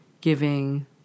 giving